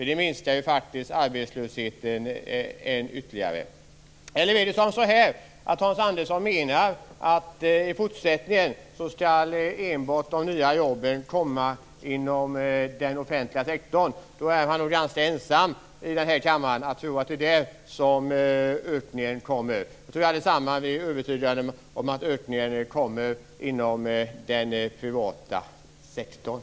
Det ökar faktiskt arbetslösheten ytterligare. Menar Hans Andersson att de nya jobben i fortsättningen enbart skall komma inom den offentliga sektorn? Då är han nog ganska ensam i den här kammaren om att tro att det är där som ökningen kommer. Jag tror att vi allesammans är övertygade om att ökningen kommer inom den privata sektorn.